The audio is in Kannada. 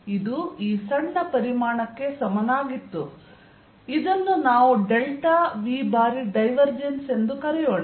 ಇದು ಈ ಸಣ್ಣ ಪರಿಮಾಣಕ್ಕೆ ಸಮನಾಗಿತ್ತು ಇದನ್ನು ನಾವು ಡೆಲ್ಟಾ v ಬಾರಿ ಡೈವರ್ಜೆನ್ಸ್ ಎಂದು ಕರೆಯೋಣ